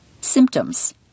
Symptoms